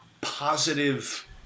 positive